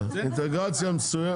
אינטגרציה מסוימת,